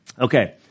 Okay